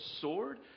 sword